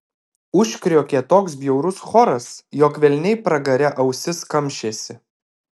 užkriokė toks bjaurus choras jog velniai pragare ausis kamšėsi